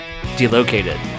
Delocated